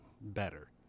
better